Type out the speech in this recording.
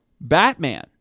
Batman